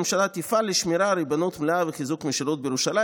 הממשלה תפעל לשמירה על ריבונות מלאה וחיזוק המשילות בירושלים,